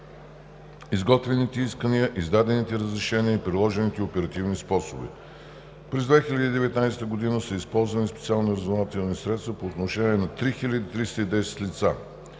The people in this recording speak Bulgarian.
изготвените искания, издадените разрешения и приложените оперативни способи. През 2019 г. са използвани специални разузнавателни средства по отношение на 3310 лица.